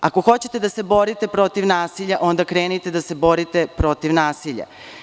Ako hoćete da se borite protiv nasilja, onda krenite da se borite protiv nasilja.